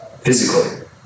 physically